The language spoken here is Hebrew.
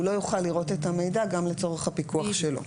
הוא לא יוכל לראות את המידע גם לצורך הפיקוח שלו.